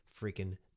freaking